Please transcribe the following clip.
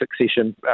succession